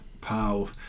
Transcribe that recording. pal